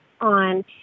on